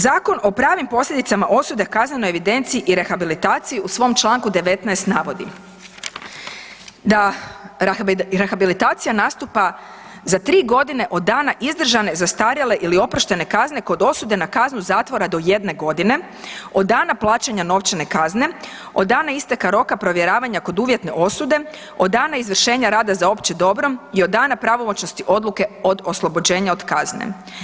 Zakon o pravim posljedicama osude, kaznenoj evidenciji i rehabilitaciji u svom čl. 19 navodi da rehabilitacija nastupa za 3 godine od dana izdržane, zastarjele ili oproštene kazne kod osude na kaznu zatvora do 1 godine od dana plaćanja novčane kazne, od dana isteka roka provjeravanja kod uvjetne osude, od dana izvršenja rada za opće dobro i od dana pravomoćnosti odluke od oslobođenja od kazne.